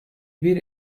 bir